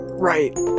Right